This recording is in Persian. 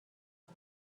است